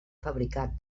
fabricat